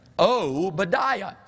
Obadiah